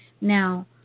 Now